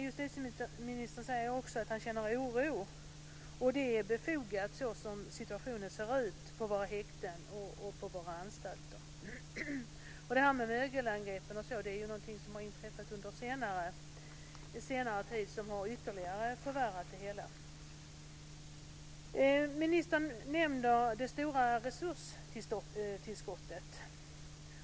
Justitieministern säger att han känner oro, och det är befogat med tanke på situationen på våra häkten och anstalter. Detta med mögelangreppen är ju något som har inträffat under senare tid och som har förvärrat det hela ytterligare. Ministern nämner det stora resurstillskottet.